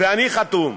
ואני חתום.